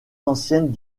anciennes